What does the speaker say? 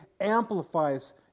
amplifies